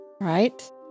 Right